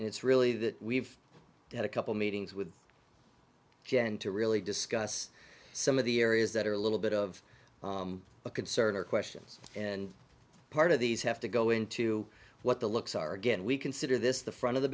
to it's really that we've had a couple meetings with jan to really discuss some of the areas that are a little bit of a concern or questions and part of these have to go into what the looks are again we consider this the front of the